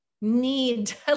need